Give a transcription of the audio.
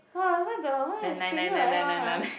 !wah! why the why the schedule like that one ah